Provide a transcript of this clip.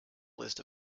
list